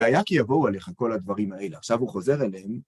היה כי יבואו עליך כל הדברים האלה, עכשיו הוא חוזר אליהם.